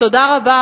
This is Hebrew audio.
תודה רבה.